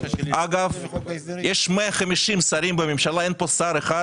אגב, יש בממשלה 150 שרים ואין כאן שר אחד